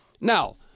Now